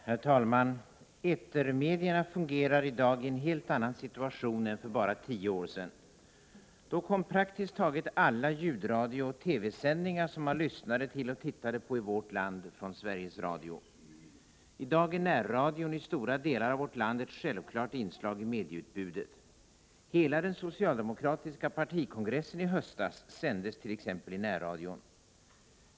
Herr talman! Etermedierna fungerar i dag i en helt annan situation än för bara tio år sedan. Då kom praktiskt taget alla ljudradiooch TV-sändningar som man lyssnade till och tittade på i vårt land från Sveriges Radio. I dag är närradion i stora delar av vårt land ett självklart inslag i medieutbudet. Hela den socialdemokratiska partikongressen i höstas sändes t.ex. i närradion.